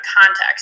context